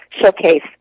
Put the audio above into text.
showcase